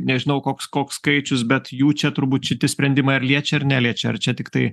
nežinau koks koks skaičius bet jų čia turbūt šiti sprendimai ar liečia ar neliečia ar čia tiktai